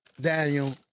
Daniel